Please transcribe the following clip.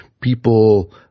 people